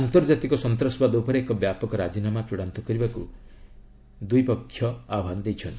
ଆନ୍ତର୍ଜାତିକ ସନ୍ତାସବାଦ ଉପରେ ଏକ ବ୍ୟାପକ ରାଜିନାମା ଚୃଡାନ୍ତ କରିବାକୁ ଦ୍ୱିପକ୍ଷ ଆହ୍ୱାନ ଦେଇଛନ୍ତି